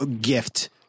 Gift